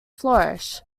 flourish